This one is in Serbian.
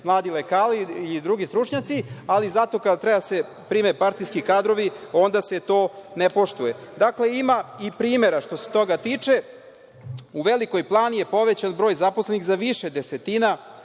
mladi lekari ili drugi stručnjaci, ali zato kada treba da se prime partijski kadrovi, onda se to ne poštuje. Dakle, ima i primera što se toga tiče. U Velikoj Plani je povećan broj zaposlenih za više desetina,